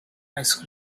ice